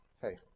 hey